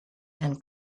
and